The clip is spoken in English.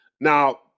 Now